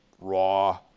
raw